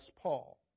Paul